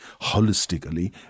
holistically